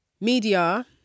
media